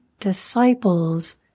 disciples